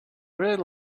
really